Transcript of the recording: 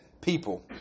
people